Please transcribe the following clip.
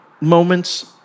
moments